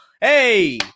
Hey